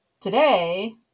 today